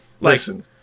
listen